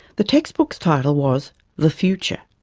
the textbook's title was the future,